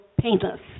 painless